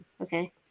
okay